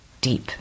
deep